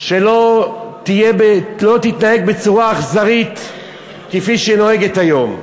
שלא תתנהג בצורה אכזרית כפי שהיא נוהגת היום.